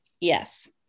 Yes